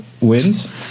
wins